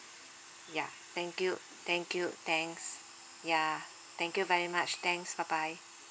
yeah thank you thank you thanks yeah thank you very much thanks bye bye